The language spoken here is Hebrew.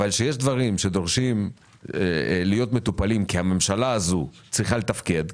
אבל כשיש דברים שצריכים להיות מטופלים כי הממשלה הזאת צריכה לתפקד,